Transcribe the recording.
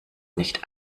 nicht